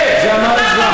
ילדים, בבתי-ספר?